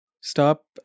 stop